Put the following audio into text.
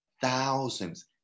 thousands